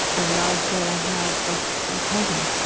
i love that i have a ah cousin,